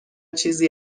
چیزی